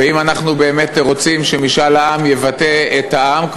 ואם אנחנו באמת רוצים שמשאל עם יבטא את העם,